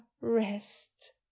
rest